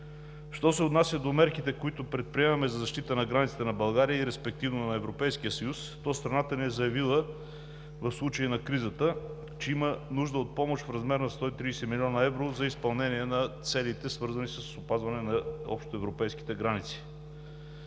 Що се отнася до мерките, които предприемаме за защита на границите на България и респективно на Европейския съюз, то страната ни е заявила в случай на криза, че има нужда от помощ в размер на 130 млн. евро за изпълнение на целите, свързани с опазване на общоевропейските граници.